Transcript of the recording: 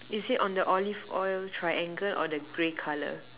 is it on the olive oil triangle or the grey colour